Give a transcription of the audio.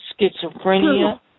schizophrenia